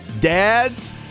dad's